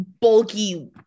bulky